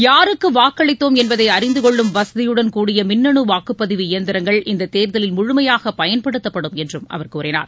யாருக்கு வாக்களித்தோம் என்பதை அறிந்துகொள்ளும் வசதியுடன் கூடிய மின்னனு வாக்குப்பதிவு இயந்திரங்கள் இந்த தேர்தலில் முழுமையாக பயன்படுத்தப்படும் என்றும் அவர் கூறினார்